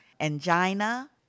angina